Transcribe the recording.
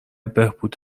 بهبود